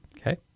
Okay